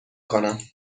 کنم